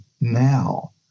now